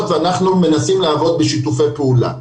ואנחנו מנסים לעבוד בשיתופי פעולה.